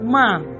man